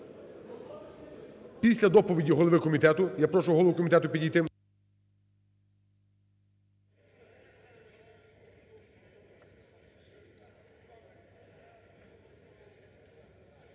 після доповіді голови комітету. Я прошу голову комітету підійти.